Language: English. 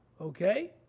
Okay